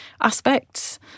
aspects